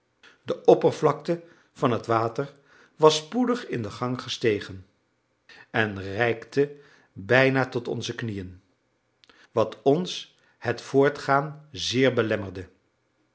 de oppervlakte van het water was spoedig in de gang gestegen en reikte bijna tot onze knieën wat ons het voortgaan zeer belemmerde